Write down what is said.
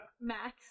Max